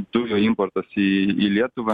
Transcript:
dujų importas į į lietuvą